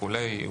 כן.